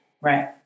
Right